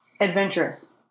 Adventurous